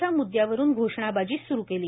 च्या म्द्यावरून घोषणाबाजी सूर केली